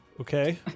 Okay